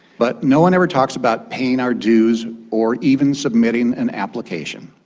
but no one ever talks about paying our dues or even submitting an application,